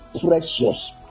precious